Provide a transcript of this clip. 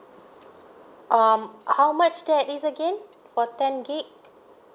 um how much that is again for ten gig